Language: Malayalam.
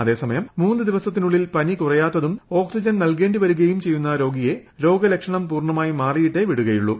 അതേസമയം മൂന്ന് ദിവസത്തിനുള്ളിൽ പനി കുറയാത്തതും ഓക്സിജൻ നൽകേണ്ടി വരുകയും ചെയ്യുന്ന രോഗിയെ രോഗലക്ഷണം പൂർണമായും മാറിയിട്ടേ വിടുകയുള്ളു